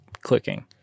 clicking